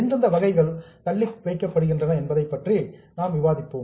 எந்தெந்த வகைகள் டிஃபர்டு தள்ளி வைக்கப்படுகின்றன என்பதை பற்றி பின்னர் விவாதிப்போம்